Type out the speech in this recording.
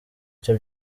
icyo